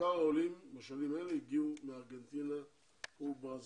עיקר העולים בשנים האלה הגיעו מארגנטינה וברזיל.